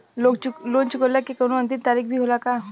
Loan चुकवले के कौनो अंतिम तारीख भी होला का?